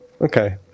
Okay